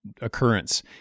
occurrence